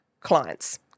clients